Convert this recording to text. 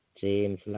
James